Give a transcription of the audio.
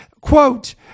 Quote